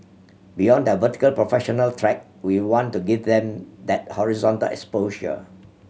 beyond their vertical professional track we want to give them that horizontal exposure